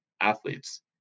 athletes